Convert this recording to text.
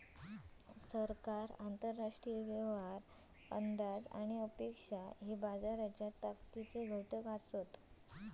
सरकार, आंतरराष्ट्रीय व्यवहार, अंदाज आणि अपेक्षा हे बाजाराच्या ताकदीचे घटक असत